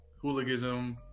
hooliganism